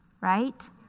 right